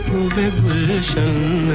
listen,